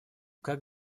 как